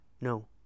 No